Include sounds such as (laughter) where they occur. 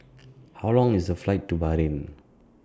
(noise) How Long IS The Flight to Bahrain